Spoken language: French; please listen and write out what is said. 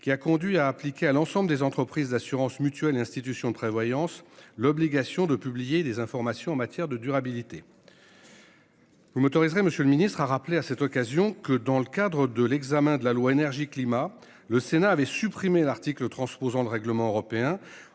qui a conduit à appliquer à l'ensemble des entreprises d'assurances mutuelles institutions de prévoyance. L'obligation de publier des informations en matière de durabilité. Vous m'autoriserez, monsieur le ministre a rappelé à cette occasion que dans le cadre de l'examen de la loi énergie-climat, le Sénat avait supprimé l'article transposant le règlement européen